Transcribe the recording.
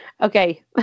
Okay